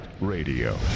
Radio